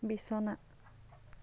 বিছনা